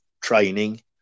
training